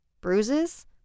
Bruises